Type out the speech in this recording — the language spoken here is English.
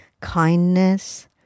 kindness